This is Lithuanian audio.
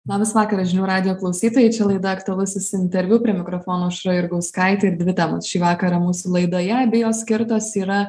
labas vakaras žinių radijo klausytojai čia laida aktualusis interviu prie mikrofono aušra jurgauskaitė ir dvi temos šį vakarą mūsų laidoje abi jos skirtos yra